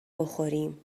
بخوریم